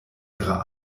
ihrer